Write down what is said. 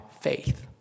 faith